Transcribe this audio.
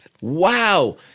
Wow